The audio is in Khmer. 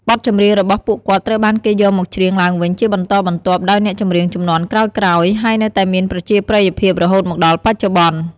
បទចម្រៀងរបស់ពួកគាត់ត្រូវបានគេយកមកច្រៀងឡើងវិញជាបន្តបន្ទាប់ដោយអ្នកចម្រៀងជំនាន់ក្រោយៗ ហើយនៅតែមានប្រជាប្រិយភាពរហូតមកដល់បច្ចុប្បន្ន។